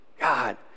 God